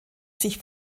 sich